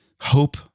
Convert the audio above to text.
Hope